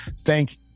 thank